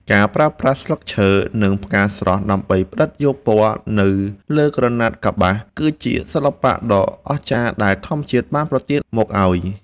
ការប្រើប្រាស់ស្លឹកឈើ និង ផ្កាស្រស់ដើម្បីផ្ដិតយកពណ៌នៅលើក្រណាត់កប្បាស គឺជាសិល្បៈដ៏អស្ចារ្យដែលធម្មជាតិបានប្រទានមកឱ្យ។